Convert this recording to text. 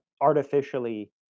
artificially